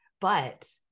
but-